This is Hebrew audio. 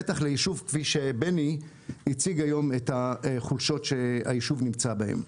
בטח ליישוב כפי שבני הציג היום את החולשות שהיישוב נמצא בהם.